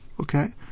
okay